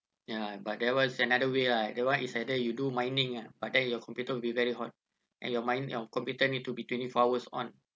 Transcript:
ya but there was another way lah that one is either you do mining ah but then your computer will be very hot and your mine your computer need to be twenty four hours on